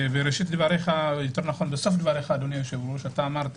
בסוף דבריך אמרת